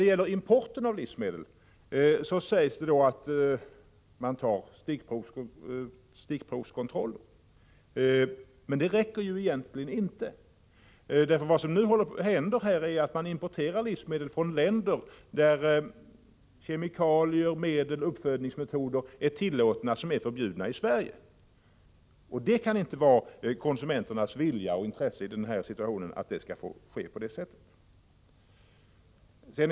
Beträffande importen av livsmedel sägs att vi ju har stickprovskontroll. Men det räcker egentligen inte. Nu importerar man livsmedel från länder där kemikalier, medel och uppfödningsmetoder som är förbjudna i Sverige är tillåtna. Detta kan väl inte vara konsumenternas vilja, och det kan inte vara i deras intresse att så får ske.